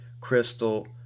crystal